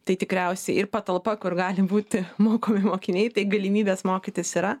tai tikriausiai ir patalpa kur gali būti mokomi mokiniai tai galimybės mokytis yra